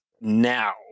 now